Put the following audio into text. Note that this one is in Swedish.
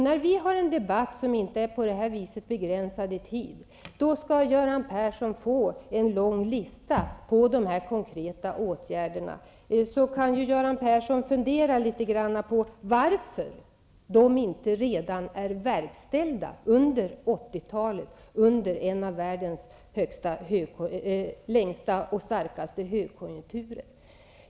När vi för en debatt som inte på detta sätt är tidsbegränsad, skall Göran Persson få en lång lista på dessa konkreta åtgärder, så kan han fundera litet grand över varför de inte blev verkställda redan på 80-talet under en av världens längsta och starkaste högkonjunkturer.